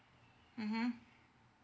mmhmm